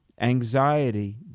anxiety